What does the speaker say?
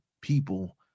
people